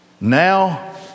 Now